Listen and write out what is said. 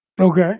Okay